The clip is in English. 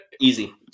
Easy